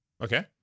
Okay